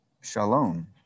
shalom